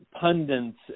pundits